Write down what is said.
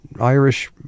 irish